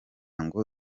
ngo